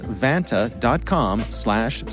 vanta.com/slash